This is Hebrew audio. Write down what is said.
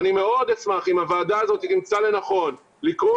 אני מאוד אשמח אם הוועדה הזאת תמצא לנכון לקרוא